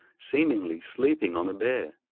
seemingly sleeping on a bier.